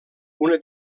una